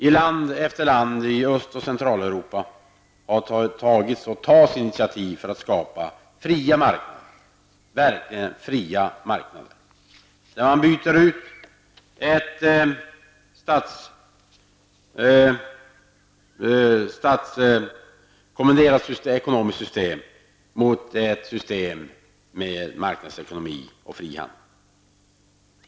I land efter land i Öst och Centraleuropa har man tagit, och tar fortfarande, initiativ för att skapa verkligt fria marknader. Man byter ut ett statskommenderat ekonomiskt system mot ett system med marknadsekonomi och frihandel.